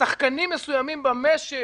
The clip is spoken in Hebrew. שחקנים מסוימים במשק,